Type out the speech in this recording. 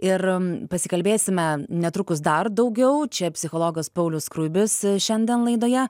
ir pasikalbėsime netrukus dar daugiau čia psichologas paulius skruibis šiandien laidoje